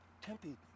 Tempe